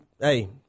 hey